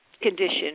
condition